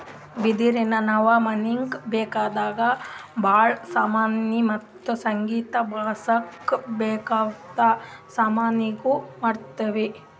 ಬಿದಿರಿನ್ದ ನಾವ್ ಮನೀಗ್ ಬೇಕಾದ್ ಭಾಳ್ ಸಾಮಾನಿ ಮತ್ತ್ ಸಂಗೀತ್ ಬಾರ್ಸಕ್ ಬೇಕಾದ್ ಸಾಮಾನಿನೂ ಮಾಡ್ತೀವಿ